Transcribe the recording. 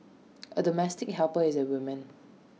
A domestic helper is A woman